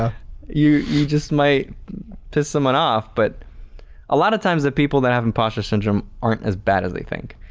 ah you you just might piss someone off but a lot of times the people that have impostor syndrome aren't as bad as they think.